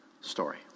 story